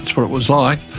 that's what it was like.